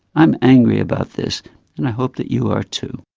i'm angry about this and i hope that you are too.